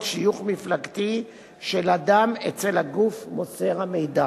שיוך מפלגתי של אדם אצל הגוף מוסר המידע,